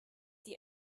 die